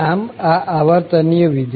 આમ આ આવર્તનીય વિધેય છે fxπf